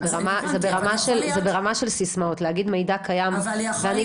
זה ברמה של סיסמאות להגיד מידע קיים ואני